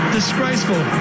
Disgraceful